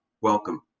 welcome